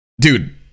dude